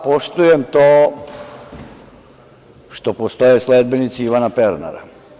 Poštujem to što postoje sledbenici Ivana Pernara.